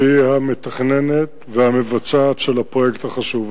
שהיא המתכננת והמבצעת של הפרויקט החשוב הזה.